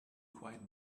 quite